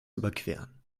überqueren